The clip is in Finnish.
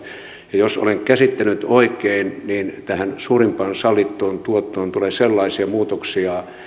ja jos olen käsittänyt oikein niin tähän suurimpaan sallittuun tuottoon tulee sellaisia muutoksia